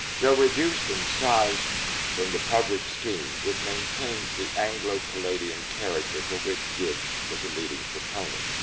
though reduced in size from the published scheme, it maintains the anglo-palladian character for which gibbs was a leading proponent.